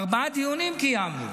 ארבעה דיונים קיימנו.